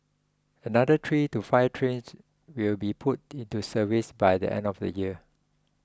another three to five trains will be put into service by the end of the year